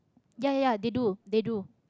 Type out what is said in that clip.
ya ya ya they do they do